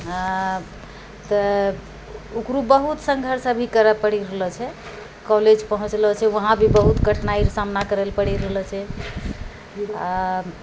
तऽ ओकरो बहुत संघर्ष अभी करऽ पड़ि रहलऽ छै कॉलेज पहुँचलऽ छै वहाँ भी बहुत कठिनाइरऽ सामना करऽ पड़ि रहलऽ छै आओर